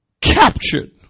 captured